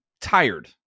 tired